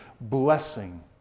blessing